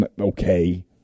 okay